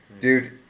Dude